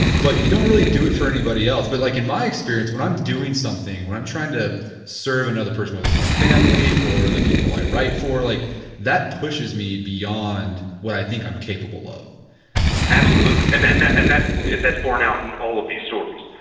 but you don't really do it for anybody else. but like in my experience when i'm doing something, when i'm trying to serve another person, whether it's my family or the people i write for like that pushes me beyond what i think i'm capable of absolutely and and and that's born out in all of these stories.